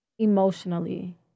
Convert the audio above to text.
emotionally